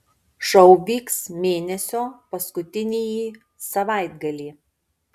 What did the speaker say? šou vyks mėnesio paskutinįjį savaitgalį